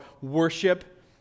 worship